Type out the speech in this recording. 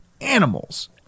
animals